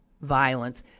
violence